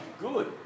good